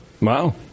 Wow